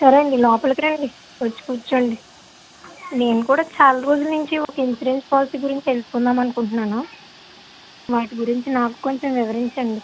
సరేండి లోపలకి రండి వచ్చి కుర్చోండి నేను కూడా చాలా రోజుల నుంచి ఒక ఇన్సూరెన్స్ పాలసీ గురించి తెలుసుకుందాం అనుకుంటున్నాను వాటి గురించి నాకు కొంచెం వివరించండి